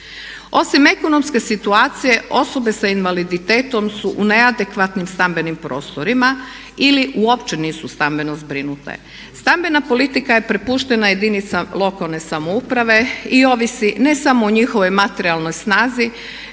Osim ekonomske situacije osobe sa invaliditetom su u neadekvatnim stambenim prostorima ili uopće nisu stambeno zbrinute. Stambena politika je prepuštena jedinicama lokalne samouprave i ovisi ne samo o njihovoj materijalnoj snazi